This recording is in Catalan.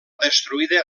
destruïda